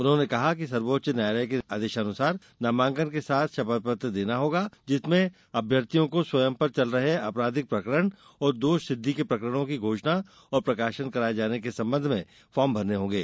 उन्होंने कहा कि सर्वोच्च न्यायालय के आदेशानुसार नामांकन के साथ शपथ पत्र देना होगा जिसमें अभ्यर्थियों को स्वयं पर चल रहे आपराधिक प्रकरण और दोषसिदधि के प्रकरणों की घोषणा और प्रकाशन कराये जाने के संबंध में फार्म भरने होंगे